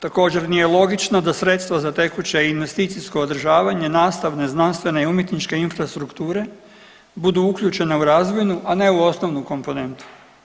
Također nije logično da sredstva za tekuće investicijsko održavanje nastavne, znanstvene i umjetničke infrastrukture budu uključene u razvojnu, a ne u osnovnu komponentu.